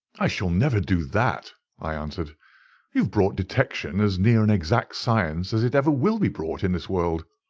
i shall never do that, i answered you have brought detection as near an exact science as it ever will be brought in this world.